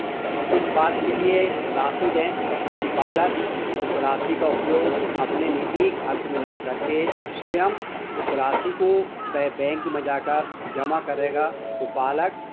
इस बात के लिए राशि दें कि बालक उस राशि का उपयोग अपने निजी खर्च में ना कर के स्वयं उस राशि को वह बैंक में जा कर जमा करेगा तो बालक